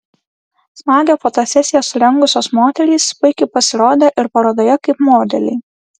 smagią fotosesiją surengusios moterys puikiai pasirodė ir parodoje kaip modeliai